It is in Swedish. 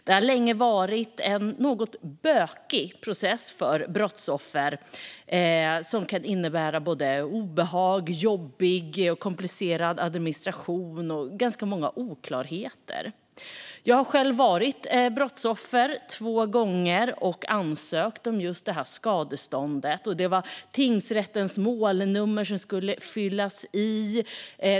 Det har länge varit en något bökig process för brottsoffer, som kan innebära både obehag, jobbig och komplicerad administration och ganska många oklarheter. Jag har själv varit brottsoffer två gånger och ansökt om just detta skadestånd. Det var tingsrättens målnummer som skulle fyllas i.